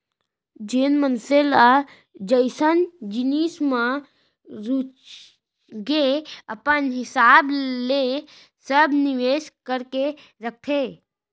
जेन मनसे ल जइसन जिनिस म रुचगे अपन हिसाब ले सब निवेस करके रखथे